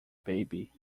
baby